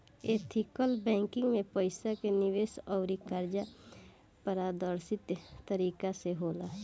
ethical banking में पईसा के निवेश अउर कर्जा पारदर्शी तरीका से होला